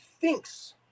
thinks